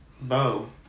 Bo